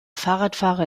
fahrradfahrer